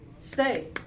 Stay